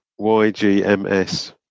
YGMS